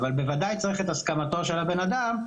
אבל בוודאי צריך את הסמכתו של הבן אדם.